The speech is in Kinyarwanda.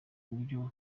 buryo